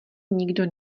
nikdo